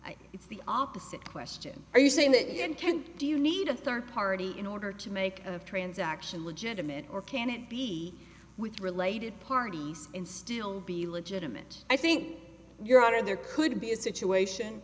it's the opposite question are you saying that you can't do you need a third party in order to make a transaction legitimate or can it be with related parties in still be legitimate i think your honor there could be a situation